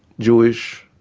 jewish,